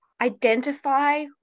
identify